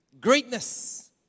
Greatness